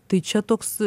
tai čia toks